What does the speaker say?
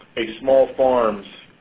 a small farms